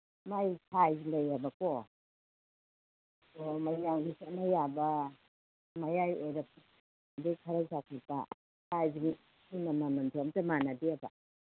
ꯃꯥꯏ size ꯂꯩꯑꯕꯀꯣ ꯑꯣ ꯃꯌꯥꯝꯒꯤ ꯆꯠꯅ ꯌꯥꯕ ꯃꯌꯥꯏ ꯑꯣꯏꯔꯞ ꯑꯗꯩ ꯈꯔ ꯆꯥꯎꯈꯠꯄ ꯁꯥꯏꯖꯒꯤ ꯃꯃꯟꯁꯨ ꯑꯝꯇ ꯃꯥꯅꯗꯦꯕ